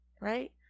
right